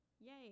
yay